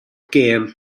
gem